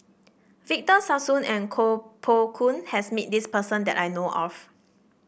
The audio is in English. Victor Sassoon and Koh Poh Koon has met this person that I know of